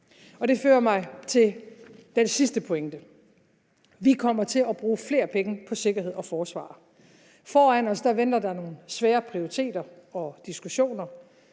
Det fører mig til den sidste pointe: Vi kommer til at bruge flere penge på sikkerhed og forsvar. Foran os venter der er nogle svære prioriteringer og diskussioner.